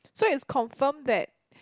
so it's confirm that